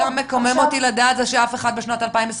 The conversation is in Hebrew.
מה שיותר מקומם אותי לדעת זה שאף אחד בשנת 2021